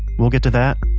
we'll get to that,